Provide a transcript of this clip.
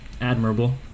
admirable